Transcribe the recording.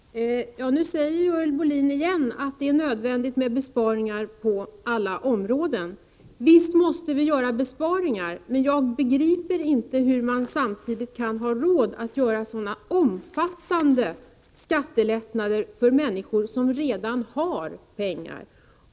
Herr talman! Nu säger Görel Bohlin igen att det är nödvändigt med besparingar på alla områden. Visst måste vi göra besparingar, men jag begriper inte hur man samtidigt kan ha råd att ge sådana omfattande skattelättnader till människor som redan har pengar.